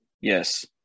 Yes